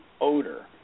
odor